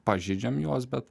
pažeidžiam juos bet